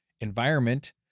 environment